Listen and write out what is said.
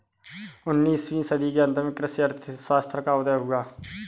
उन्नीस वीं सदी के अंत में कृषि अर्थशास्त्र का उदय हुआ